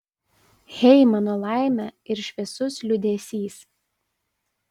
hey mano laime ir šviesus liūdesys